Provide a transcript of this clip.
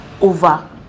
over